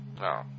No